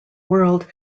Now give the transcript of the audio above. world